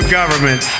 government